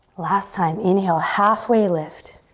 last time, inhale, halfway lift.